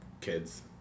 kids